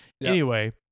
Anyway-